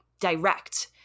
direct